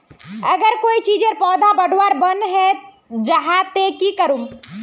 अगर कोई चीजेर पौधा बढ़वार बन है जहा ते की करूम?